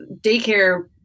daycare